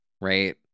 right